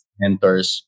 mentors